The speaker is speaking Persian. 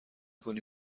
کنی